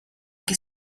que